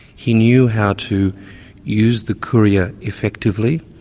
he knew how to use the curia effectively,